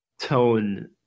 tone